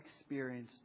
experience